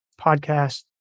podcast